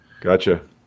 gotcha